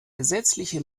gesetzliche